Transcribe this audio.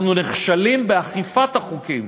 אנחנו נכשלים באכיפת החוקים,